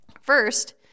First